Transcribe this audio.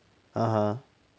(uh huh)